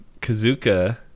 Kazuka